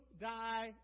die